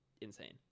insane